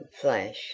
flash